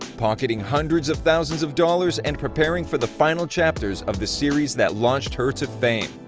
pocketing hundreds of thousands of dollars and preparing for the final chapters of the series that launched her to fame,